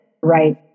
Right